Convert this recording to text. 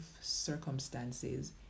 circumstances